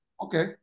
okay